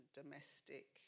domestic